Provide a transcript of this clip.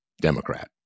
Democrat